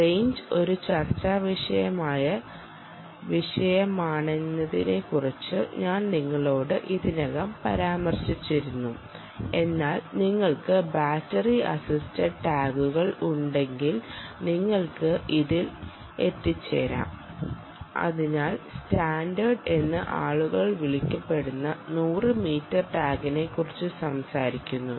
range ഒരു ചർച്ചാവിഷയമായ വിഷയമാണെന്നതിനെക്കുറിച്ച് ഞാൻ നിങ്ങളോട് ഇതിനകം പരാമർശിച്ചിരുന്നു എന്നാൽ നിങ്ങൾക്ക് ബാറ്ററി അസിസ്റ്റഡ് ടാഗുകൾ ഉണ്ടെങ്കിൽ നിങ്ങൾക്ക് ഇതിൽ എത്തിച്ചേരാം അതിനാൽ സ്റ്റാൻഡേർഡ് എന്ന് ആളുകൾവിളിക്കപ്പെടുന്ന 100 മീറ്റർ ടാഗിനെക്കുറിച്ച് സംസാരിക്കുന്നു